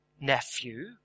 nephew